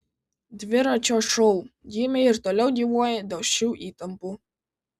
dviračio šou gimė ir toliau gyvuoja dėl šių įtampų